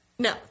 No